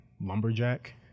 Lumberjack